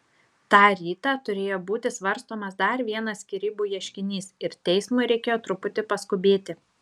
tą rytą turėjo būti svarstomas dar vienas skyrybų ieškinys ir teismui reikėjo truputį paskubėti